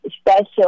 special